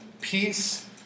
peace